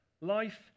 life